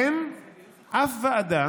אין אף ועדה